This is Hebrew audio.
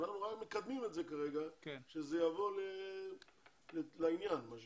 אנחנו רק מקדמים את זה כרגע שזה יבוא לעניין מה שנקרא.